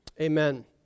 Amen